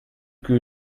que